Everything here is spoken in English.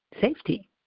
safety